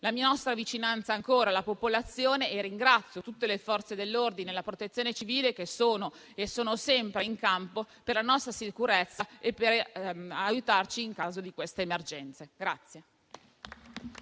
la nostra vicinanza alla popolazione e ringrazio tutte le Forze dell'ordine e la Protezione civile che sono, come sempre, in campo per la nostra sicurezza e per aiutarci nelle emergenze come